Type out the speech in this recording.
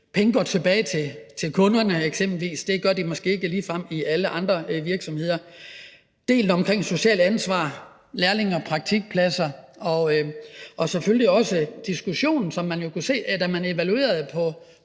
eksempelvis tilbage til kunderne; det gør de måske ikke ligefrem i alle virksomheder. Der er delen omkring socialt ansvar, lærlinge- og praktikpladser og selvfølgelig også diskussionen, som man jo kunne se, da man evaluerede på